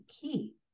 key